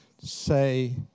say